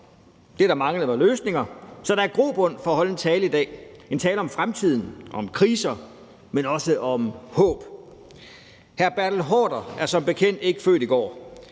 det, der manglede, var løsninger, så der er grobund for at holde en tale i dag, en tale om fremtiden og om kriser, men også om håb. Hr. Bertel Haarder er som bekendt ikke født i går,